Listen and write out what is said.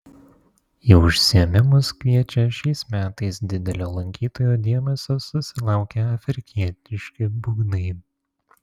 į užsiėmimus kviečia šiais metais didelio lankytojų dėmesio susilaukę afrikietiški būgnai